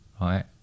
Right